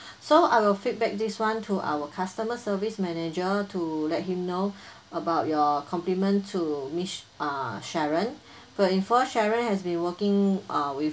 so I will feedback this one to our customer service manager to let him know about your compliment to miss uh sharon for info sharon has been working uh with